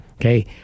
Okay